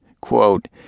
Quote